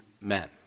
men